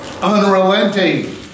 Unrelenting